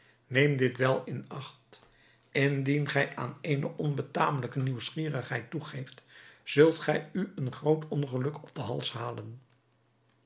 neem dit wel in acht indien gij aan eene onbetamelijke nieuwsgierigheid toegeeft zult gij u een groot ongeluk op den hals halen